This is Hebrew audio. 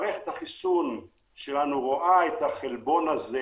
מערכת החיסון שלנו רואה את החלבון הזה